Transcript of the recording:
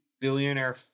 billionaire